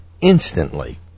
instantly